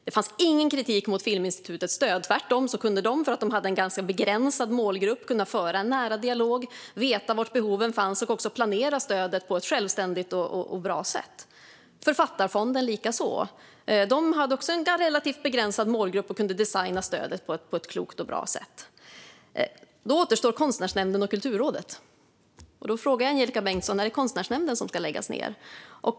Det fanns ingen kritik mot Filminstitutets stödgivning. Tvärtom kunde de eftersom de har en begränsad målgrupp föra en nära dialog, veta var behoven fanns och planera stödet på ett självständigt och bra sätt. Detta gäller även Författarfonden. De hade också en relativt begränsad målgrupp och kunde designa stödet på ett klokt och bra sätt. Då återstår Konstnärsnämnden och Kulturrådet. Jag frågar Angelika Bengtsson om det är Konstnärsnämnden som ska läggas ned.